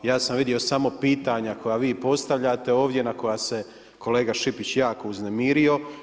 Ja sam vidio samo pitanja koja vi postavljate ovdje na koja se kolega Šipić jako uznemirio.